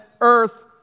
earth